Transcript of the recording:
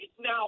now